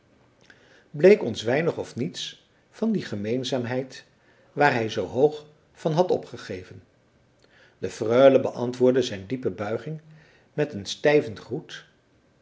bleek ons weinig of niets van die gemeenzaamheid waar hij zoo hoog van had opgegeven de freule beantwoordde zijn diepe buiging met een stijven groet